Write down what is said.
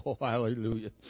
hallelujah